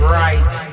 right